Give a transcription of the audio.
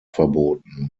verboten